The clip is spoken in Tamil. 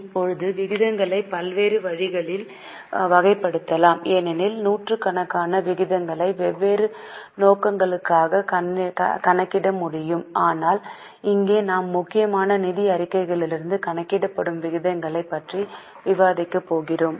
இப்போது விகிதங்களை பல்வேறு வழிகளில் வகைப்படுத்தலாம் ஏனெனில் நூற்றுக்கணக்கான விகிதங்களை வெவ்வேறு நோக்கங்களுக்காக கணக்கிட முடியும் ஆனால் இங்கே நாம் முக்கியமாக நிதி அறிக்கைகளிலிருந்து கணக்கிடப்படும் விகிதங்களைப் பற்றி விவாதிக்கப் போகிறோம்